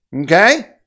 Okay